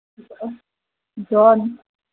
john